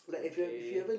okay